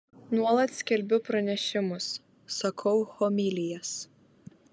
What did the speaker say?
nuolat skelbiu pranešimus sakau homilijas